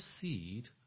seed